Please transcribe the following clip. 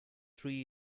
three